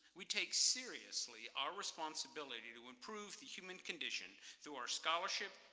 we take seriously our responsibility to improve the human condition through our scholarship,